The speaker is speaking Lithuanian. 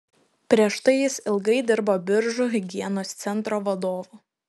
prieš tai jis ilgai dirbo biržų higienos centro vadovu